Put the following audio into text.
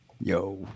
Yo